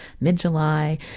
mid-July